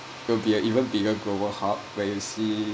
will be a even bigger global hub where you see